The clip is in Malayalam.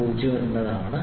09 ആണ്